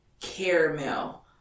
caramel